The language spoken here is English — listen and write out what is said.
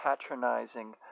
patronizing